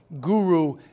guru